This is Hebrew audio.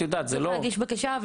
הוא צריך להגיש בקשה,